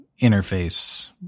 interface